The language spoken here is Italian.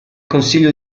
consiglio